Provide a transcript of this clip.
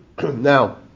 Now